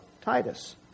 Titus